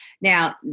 Now